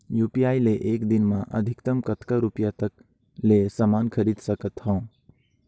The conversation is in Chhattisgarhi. यू.पी.आई ले एक दिन म अधिकतम कतका रुपिया तक ले समान खरीद सकत हवं?